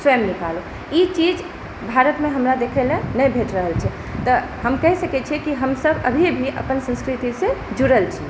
स्वयं निकालो ई चीज भारतमे हमरा देखै ला नहि भेट रहल छै तऽ हम कहि सकै छियै हमसभ अभी भी अपन संस्कृतिसे जुड़ल छी